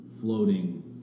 floating